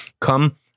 come